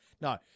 No